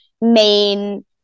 main